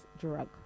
drug